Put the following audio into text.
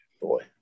boy